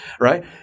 right